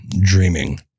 dreaming